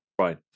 Right